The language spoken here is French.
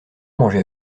manger